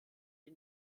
die